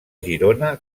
girona